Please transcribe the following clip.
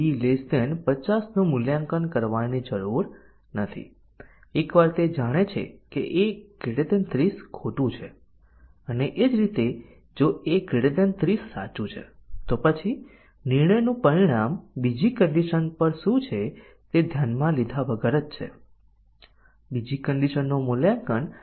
તેથી પ્રથમ atomic condition પ્રથમ ટેસ્ટીંગ ના કિસ્સામાં સાચા મૂલ્ય લે છે અને બીજા ટેસ્ટીંગ ના કિસ્સામાં ખોટા મૂલ્ય લે છે જ્યાં બીજી કન્ડિશન અભિવ્યક્તિ પ્રથમ ટેસ્ટીંગ ના કિસ્સામાં ખોટા મૂલ્ય લે છે અને બીજા ટેસ્ટીંગ ના કિસ્સામાં સાચું મૂલ્ય લે છે